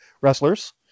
wrestlers